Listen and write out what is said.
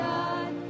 God